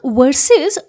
versus